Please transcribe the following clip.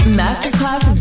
masterclass